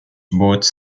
boats